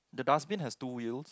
the dustbin has two wheels